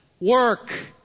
work